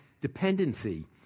dependency